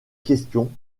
question